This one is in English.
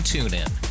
TuneIn